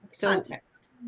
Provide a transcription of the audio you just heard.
Context